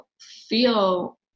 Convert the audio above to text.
feel